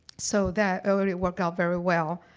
so, that really worked out very well.